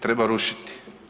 Treba rušiti.